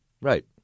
Right